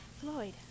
Floyd